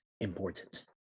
important